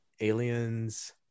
Aliens